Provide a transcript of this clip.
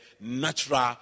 natural